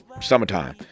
summertime